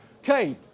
Okay